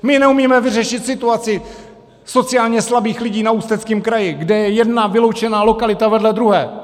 My neumíme vyřešit situaci sociálně slabých lidí na Ústeckém kraji, kde je jedna vyloučená lokalita vedle druhé.